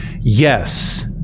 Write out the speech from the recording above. Yes